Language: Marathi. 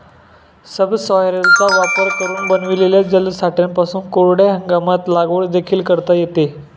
सबसॉयलरचा वापर करून बनविलेल्या जलसाठ्यांपासून कोरड्या हंगामात लागवड देखील करता येते